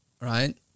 Right